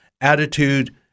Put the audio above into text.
Attitude